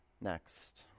next